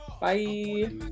Bye